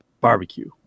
barbecue